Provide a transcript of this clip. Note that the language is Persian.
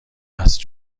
است